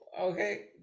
okay